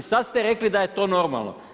Sada ste rekli da je to normalno.